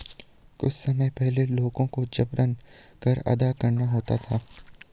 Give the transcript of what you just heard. कुछ समय पहले लोगों को जबरन कर अदा करना होता था